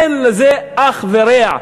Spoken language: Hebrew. אין לזה אח ורע.